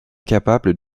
capables